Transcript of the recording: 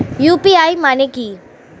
UPI মানে কি?